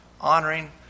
honoring